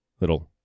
little